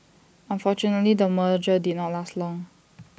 unfortunately the merger did not last long